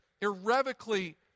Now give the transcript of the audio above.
irrevocably